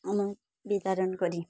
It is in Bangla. আমরা বিতরণ করি